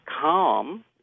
calm